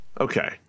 Okay